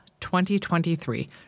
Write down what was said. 2023